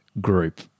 group